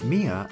Mia